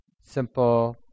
simple